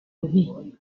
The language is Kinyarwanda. nti